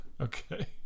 Okay